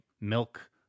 milk